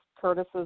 Curtis's